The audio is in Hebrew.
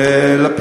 מי אמר?